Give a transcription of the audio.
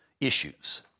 issues